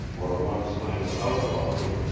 or one sign of outlawry,